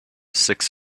six